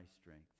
strength